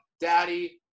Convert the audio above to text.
Daddy